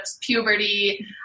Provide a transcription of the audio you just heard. puberty